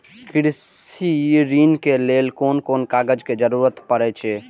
कृषि ऋण के लेल कोन कोन कागज के जरुरत परे छै?